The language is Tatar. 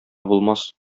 булмас